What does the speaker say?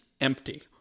empty